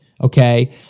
okay